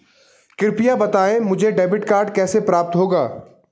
कृपया बताएँ मुझे डेबिट कार्ड कैसे प्राप्त होगा?